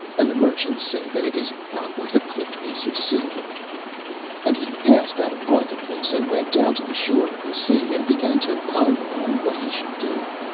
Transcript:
and the merchants say that it is not worth a clipped piece of silver and he passed out of the market-place, and went down to the shore of the sea, and began to ponder on what he should do.